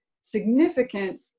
significant